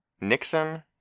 Nixon